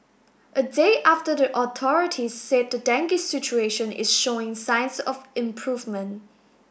a day after the authorities said the dengue situation is showing signs of improvement